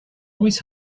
always